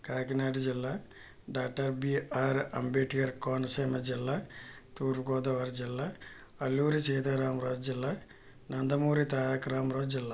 కాకినాడ జిల్లా doctor B R Ambedkar Konaseema జిల్లా తూర్పుగోదావరి జిల్లా అల్లూరి సీతారామరాజు జిల్లా నందమూరి తారకరామరావు జిల్లా